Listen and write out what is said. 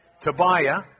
Tobiah